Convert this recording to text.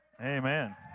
Amen